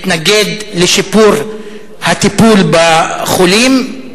מתנגד לשיפור הטיפול בחולים,